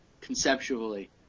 conceptually